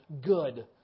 good